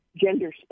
gender